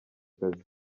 kazi